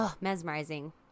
mesmerizing